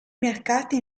mercati